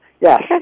Yes